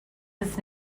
its